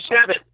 seven